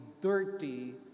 dirty